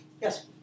Yes